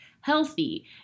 healthy